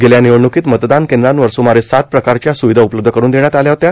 गेल्या र्निवडणुकोंत मतदान कद्रांवर सुमारे सात प्रकारच्या स्रावधा उपलब्ध करुन देण्यात आल्या होत्या